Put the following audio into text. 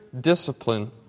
discipline